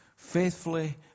faithfully